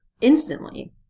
instantly